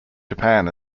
japan